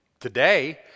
Today